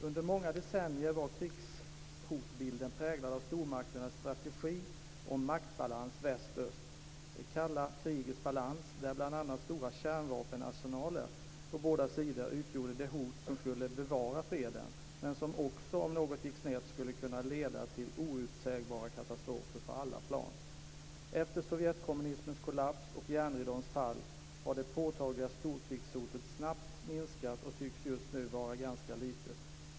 Under många decennier var krigshotbilden präglad av stormakternas strategi när det gällde maktbalansen väst-öst, det kalla krigets balans, där bl.a. stora kärnvapenarsenaler på båda sidor utgjorde det hot som skulle bevara freden men som också, om något gick snett, skulle kunna leda till outsägliga katastrofer på alla plan. Efter Sovjetkommunismens kollaps och järnridåns fall har det påtagliga storkrigshotet snabbt minskat och tycks just nu vara ganska litet.